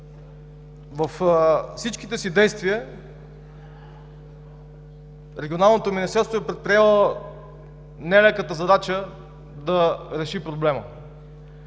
във всичките си действия Регионалното министерство е предприело нелеката задача да реши проблема.